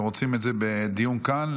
אתם רוצים את זה בדיון כאן,